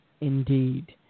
Indeed